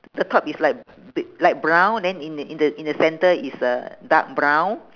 the top is like bei~ light brown then in the in the in the center is uh dark brown